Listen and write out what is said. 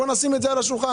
בואו נשים את זה על השולחן.